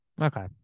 Okay